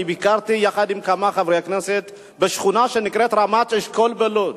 אני ביקרתי יחד עם כמה חברי כנסת בשכונה שנקראת רמת-אשכול בלוד.